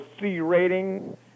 C-rating